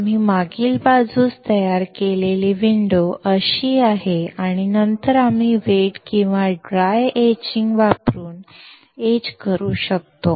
आम्ही मागील बाजूस तयार केलेली खिडकी अशी आहे आणि नंतर आम्ही वेट किंवा ड्राय एचिंग वापरून एच करू शकतो